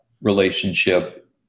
relationship